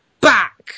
back